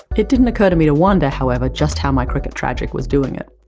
it didn't occur to me to wonder however just how my cricket tragic was doing it.